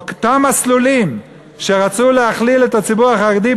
באותם מסלולים שרצו להכליל את הציבור החרדי,